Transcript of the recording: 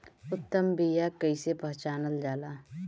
उत्तम बीया कईसे पहचानल जाला?